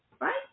right